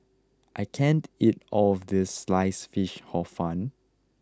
I can't eat all of this sliced fish hor fun